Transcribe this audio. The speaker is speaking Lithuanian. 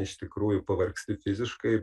iš tikrųjų pavargsti fiziškai